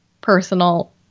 personal